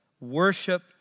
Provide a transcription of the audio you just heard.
worship